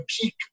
peak